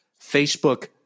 Facebook